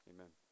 Amen